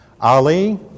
Ali